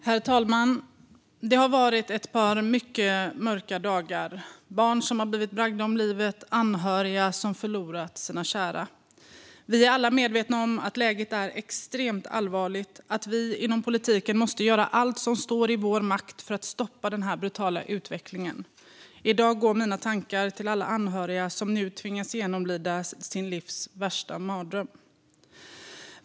Herr talman! Det har varit ett par mycket mörka dagar med barn som har bragts om livet och anhöriga som har förlorat sina kära. Alla är medvetna om att läget är extremt allvarligt och att vi inom politiken måste göra allt som står i vår makt för att stoppa den här brutala utvecklingen. I dag går mina tankar till alla anhöriga som nu tvingas genomlida sitt livs värsta mardröm.